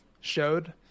showed